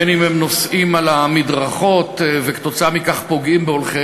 בין שהם נוסעים על המדרכות וכתוצאה מכך פוגעים בהולכי